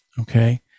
Okay